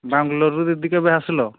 ବାଙ୍ଗଲୋରରୁ ଦିଦି କେବେ ଆସିଲ